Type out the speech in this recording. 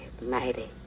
mighty